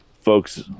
folks